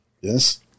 Yes